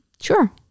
sure